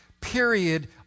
period